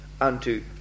unto